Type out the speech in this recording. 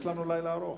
יש לנו לילה ארוך.